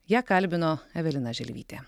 ją kalbino evelina želvytė